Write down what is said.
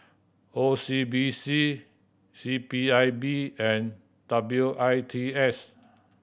O C B C C P I B and W I T S